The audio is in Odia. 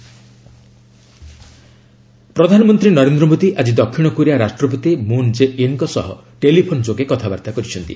ପିଏମ୍ ସାଉଥ୍ କୋରିଆ ପ୍ରେକ୍ ପ୍ରଧାନମନ୍ତ୍ରୀ ନରେନ୍ଦ୍ର ମୋଦୀ ଆଜି ଦକ୍ଷିଣ କୋରିଆ ରାଷ୍ଟ୍ରପତି ମୁନ୍ ଜେ ଇନ୍ଙ୍କ ସହ ଟେଲିଫୋନ୍ ଯୋଗେ କଥାବାର୍ତ୍ତା କରିଛନ୍ତି